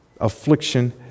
affliction